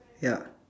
ya